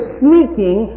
sneaking